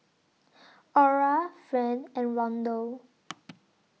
Ora Friend and Rondal